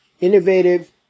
innovative